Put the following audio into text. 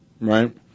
right